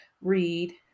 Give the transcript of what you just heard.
Read